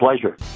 pleasure